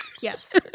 Yes